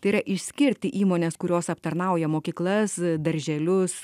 tai yra išskirti įmones kurios aptarnauja mokyklas darželius